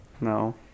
No